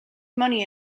money